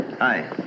Hi